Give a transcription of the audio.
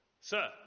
Sir